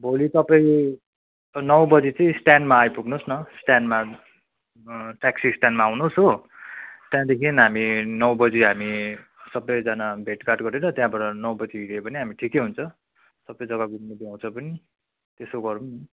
भोलि तपाईँ नौ बजी चाहिँ स्ट्यान्डमा आइपुग्नु होस् न स्ट्यान्डमा ट्याक्सी स्ट्यान्डमा आउनुहोस् हो त्यहाँदेखि हामी नौ बजी हामी सबैजना भेटघाट गरेर त्यहाँबाट नौ बजी हिँड्यो भने हामी ठिकै हुन्छ सबै जग्गा घुम्नु पाउँछ पनि त्यसो गरौँ